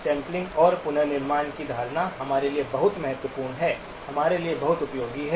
इसलिए यह सैंपलिंग और पुनर्निर्माण की धारणा हमारे लिए बहुत महत्वपूर्ण है हमारे लिए बहुत उपयोगी है